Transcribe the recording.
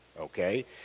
okay